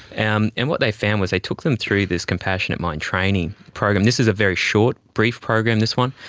and and what they found was they took them through this compassionate mind training program. this is a very short, brief program this one,